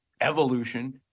evolution